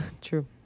true